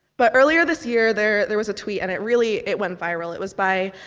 but earlier this year, there there was a tweet, and it really it went viral. it was by,